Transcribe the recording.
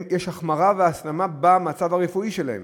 יש החמרה והסלמה במצב הרפואי שלהם